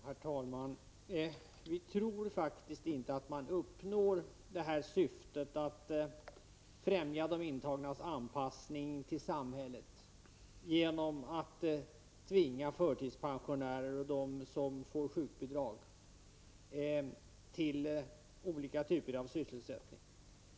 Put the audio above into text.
Herr talman! Vi tror faktiskt inte att man uppnår syftet att främja de intagnas anpassning i samhället genom att tvinga förtidspensionärer och dem som får sjukbidrag till olika typer av sysselsättning.